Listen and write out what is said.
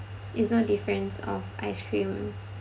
it's no difference of ice cream